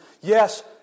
Yes